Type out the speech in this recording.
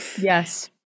Yes